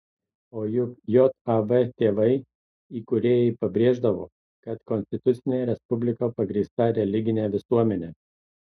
o juk jav tėvai įkūrėjai pabrėždavo kad konstitucinė respublika pagrįsta religine visuomene